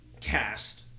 cast